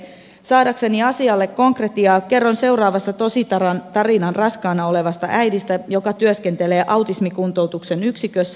saadakseni asialle konkretiaa kerron seuraavassa tositarinan raskaana olevasta äidistä joka työskentelee autismikuntoutuksen yksikössä